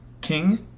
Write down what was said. King